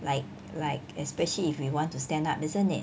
like like especially if we want to stand up isn't it